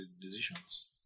decisions